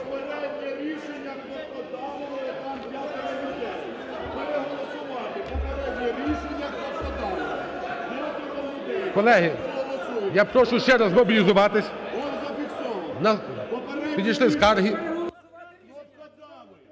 Колеги, я прошу ще раз змобілізуватись. Надійшли скарги.